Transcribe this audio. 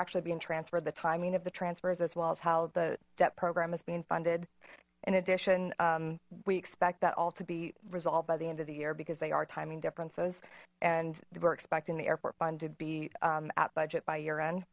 actually being transferred the timing of the transfers as well as how the debt program is being funded in addition we expect that all to be resolved by the end of the year because they are timing differences and we're expecting the airport fun to be at budget by year end